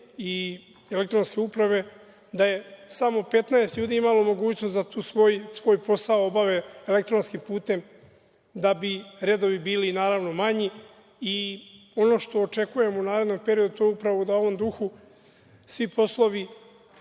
i elektronske uprave, da je samo 15 ljudi imalo mogućnost da svoj posao obave elektronskim putem, da bi redovi bili, naravno, manji. Ono što očekujemo u narednom periodu to je upravo da u ovom duhu svi poslovi